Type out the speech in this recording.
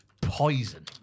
Poison